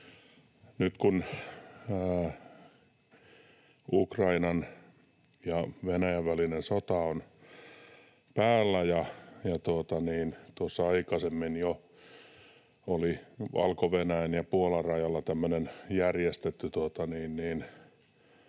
Nyt kun Ukrainan ja Venäjän välinen sota on päällä, ja tuossa aikaisemmin jo oli Valko-Venäjän ja Puolan rajalla tämmöinen